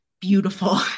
beautiful